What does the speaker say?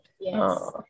yes